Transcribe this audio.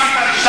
זו הסתה.